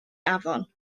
afon